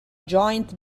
joint